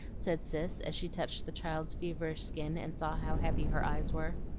said cis, as she touched the child's feverish skin, and saw how heavy her eyes were.